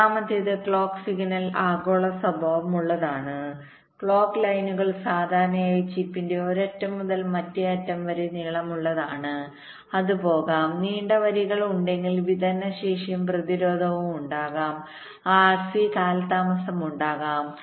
ഒന്നാമത്തേത് clock signal ആഗോള സ്വഭാവമുള്ളതാണ് ക്ലോക്ക് ലൈനുകൾ സാധാരണയായി ചിപ്പിന്റെ ഒരറ്റം മുതൽ മറ്റേ അറ്റം വരെ നീളമുള്ളതാണ് അത് പോകാം നീണ്ട വരികൾ ഉണ്ടെങ്കിൽ വിതരണ ശേഷിയും പ്രതിരോധവും ഉണ്ടാകും ആർസി കാലതാമസം ഉണ്ടാകും